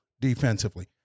defensively